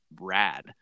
rad